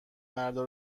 مردا